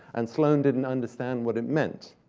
and sloane didn't understand what it meant.